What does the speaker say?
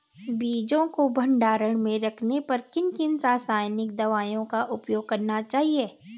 बीजों को भंडारण में रखने पर किन किन रासायनिक दावों का उपयोग करना चाहिए?